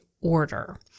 order